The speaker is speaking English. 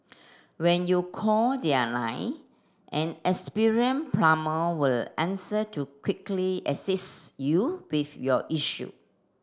when you call their line an plumber will answer to quickly assist you with your issue